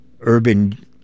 urban